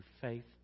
Faith